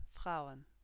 Frauen